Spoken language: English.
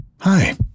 Hi